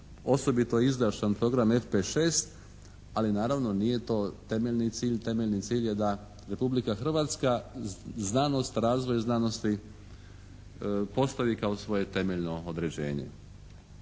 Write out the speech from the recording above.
osobito izdašan program FP6, ali naravno nije to temeljni cilj. Temeljni cilj je da Republika Hrvatska, znanost, razvoj znanosti postavi kao svoje temeljno određenje.